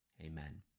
Amen